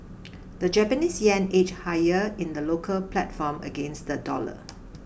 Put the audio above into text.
the Japanese yen edged higher in the local platform against the dollar